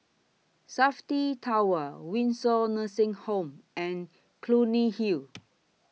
Safti Tower Windsor Nursing Home and Clunny Hill